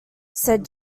said